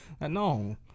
No